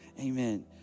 Amen